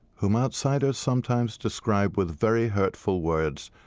whom outsiders sometimes describe with very hurtful words,